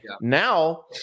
now